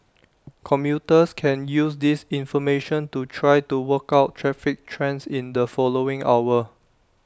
commuters can use this information to try to work out traffic trends in the following hour